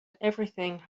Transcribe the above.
everything